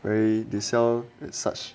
where they sell as such